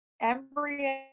embryo